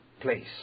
place